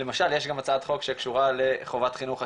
למשל יש גם הצעת חוק שקשורה לחובת חינוך אקלים,